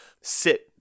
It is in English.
sit